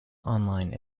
online